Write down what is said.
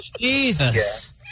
Jesus